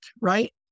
right